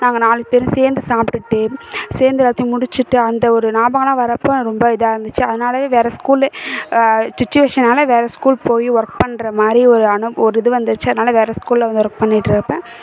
நாங்கள் நாலு பேரும் சேர்ந்து சாப்பிட்டுட்டு சேர்ந்து எல்லாத்தேயும் முடித்துட்டு அந்த ஒரு ஞாபகலாம் வர்றப்போது ரொம்ப இதாக இருந்துச்சு அதனாலவே வேறு ஸ்கூல் சுச்வேஷனால் வேறு ஸ்கூல் போய் ஒர்க் பண்றமாதிரி ஒரு அனுப் ஒரு இது வந்துடுச்சி அதனால வேறு ஸ்கூலில் வந்து ஒர்க் பண்ணிட்டிருப்பேன்